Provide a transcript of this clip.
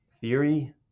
theory